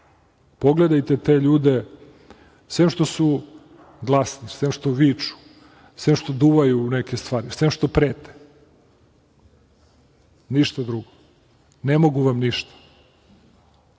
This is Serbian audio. Pogledajte te ljude, sem što su glasni, sem što viču, sem što duvaju u neke stvari, sem što prete, ništa drugo, ne mogu vam ništa.